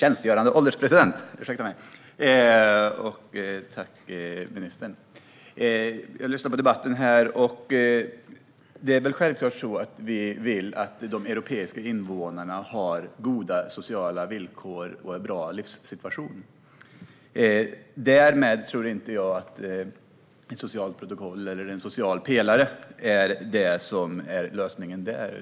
Fru ålderspresident! Jag lyssnade på debatten här. Självklart vill vi att de europeiska invånarna ska ha goda sociala villkor och en bra livssituation. Därmed tror jag dock inte att ett socialt protokoll eller en social pelare är lösningen.